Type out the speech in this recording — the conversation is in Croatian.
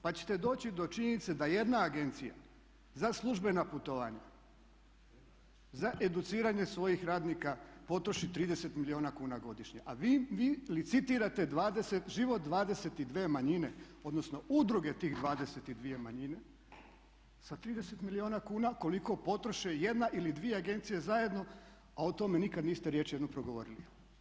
Pa ćete doći do činjenice da jedna agencija za službena putovanja, za educiranje svojih radnika potroši 30 milijuna kuna godišnje, a vi licitirate 20, život 22 manjine, odnosno udruge tih 22 manjine sa 30 milijuna kuna koliko potroše jedna ili dvije agencije zajedno, a o tome nikad niste riječ jednu progovorili.